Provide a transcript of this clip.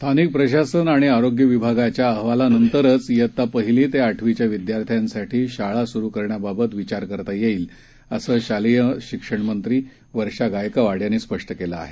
स्थानिकप्रशासनआणिआरोग्यविभागाच्याअहवालानंतरच वित्तापहिलीतेआठवीच्याविद्यार्थ्यांसाठीशाळासुरूकरण्याबाबतविचारकरता येईल असंशालेयशिक्षणमंत्रीवर्षगायकवाडयांनीस्पष्टकेलंआहे